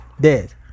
Dead